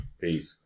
Peace